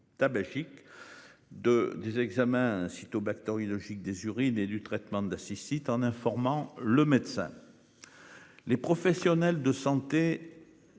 Tabagique. De des examens sitôt. Bactériologique des urines et du traitement de ces sites en informant le médecin. Les professionnels de santé.